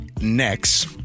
next